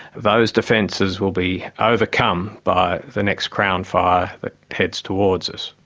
those defences will be overcome by the next crown fire that heads towards us.